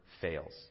fails